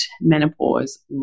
menopause